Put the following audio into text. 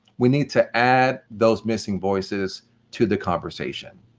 we need to add those missing voices to the conversation.